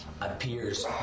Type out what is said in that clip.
appears